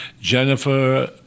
Jennifer